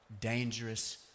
dangerous